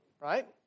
right